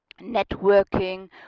networking